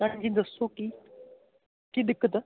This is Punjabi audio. ਹਾਂਜੀ ਦੱਸੋ ਕੀ ਕੀ ਦਿੱਕਤ ਆ